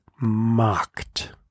mocked